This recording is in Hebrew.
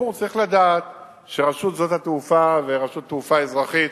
והציבור צריך לדעת שרשות שדות התעופה ורשות התעופה האזרחית